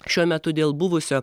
šiuo metu dėl buvusio